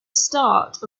start